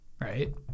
Right